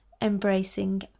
embracing